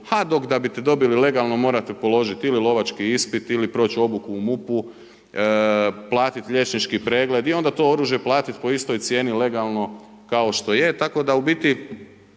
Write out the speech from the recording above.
a dok da bi dobili legalno morate položiti ili lovački ispit ili proć obuku u MUP-u, platiti liječnički pregled i onda to oružje platiti po istoj cijeni legalno kao što je,